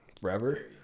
forever